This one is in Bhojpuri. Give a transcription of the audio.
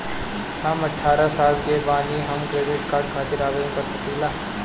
हम अठारह साल के बानी हम क्रेडिट कार्ड खातिर आवेदन कर सकीला?